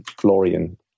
Florian